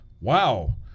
wow